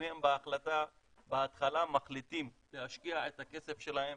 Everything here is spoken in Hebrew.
אם הם בהתחלה מחליטים להשקיע את הכסף שלהם